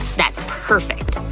that's perfect!